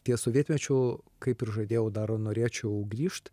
ties sovietmečiu kaip ir žadėjau dar norėčiau grįžt